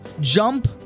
Jump